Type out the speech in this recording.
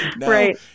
right